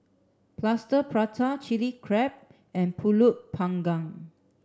Plaster Prata Chilli Crab and Pulut panggang